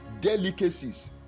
delicacies